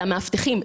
המאבטחים.